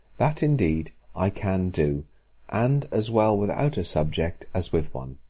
that, indeed, i can do and as well without a subject, as with one.